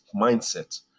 mindset